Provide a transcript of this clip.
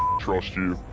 trust you.